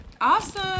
Awesome